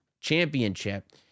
championship